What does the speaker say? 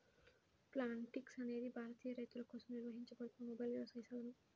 Plantix అనేది భారతీయ రైతులకోసం నిర్వహించబడుతున్న మొబైల్ వ్యవసాయ సాధనం